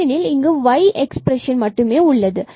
ஏனெனில் இங்குy எக்ஸ்பிரஸனில் உள்ளது